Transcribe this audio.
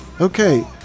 Okay